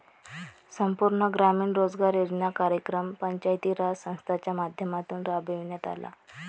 संपूर्ण ग्रामीण रोजगार योजना कार्यक्रम पंचायती राज संस्थांच्या माध्यमातून राबविण्यात आला